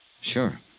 Sure